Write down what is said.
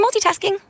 multitasking